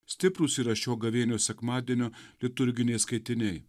stiprūs yra šio gavėnios sekmadienio liturginiai skaitiniai